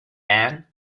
ann